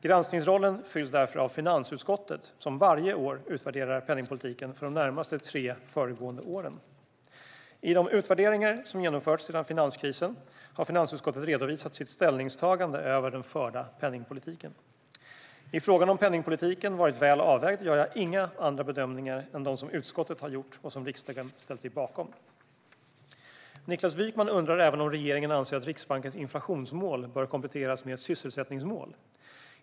Granskningsrollen fylls därför av finansutskottet, som varje år utvärderar penningpolitiken för de tre närmast föregående åren. I de utvärderingar som genomförts sedan finanskrisen har finansutskottet redovisat sitt ställningstagande över den förda penningpolitiken. I frågan om penningpolitiken varit väl avvägd gör jag inga andra bedömningar än de som utskottet har gjort och som riksdagen ställt sig bakom. Niklas Wykman undrar även om regeringen anser att Riksbankens inflationsmål bör kompletteras med ett sysselsättningsmål.